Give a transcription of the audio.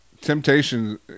temptation